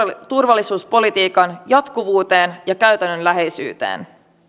turvallisuuspolitiikan jatkuvuuteen ja käytännönläheisyyteen